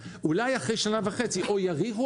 שנה וחצי אוסר עלייך לקנות ולמכור,